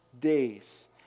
days